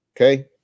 okay